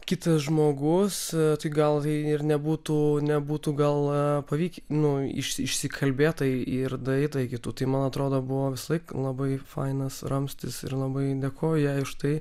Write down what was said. kitas žmogus tai gal ir nebūtų nebūtų gal pavykę nu išsikalbėt tai ir daeita iki tų tai man atrodo buvo visąlaik labai fainas ramstis ir labai dėkoju jai už tai